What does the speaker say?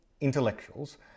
intellectuals